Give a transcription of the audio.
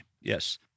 yes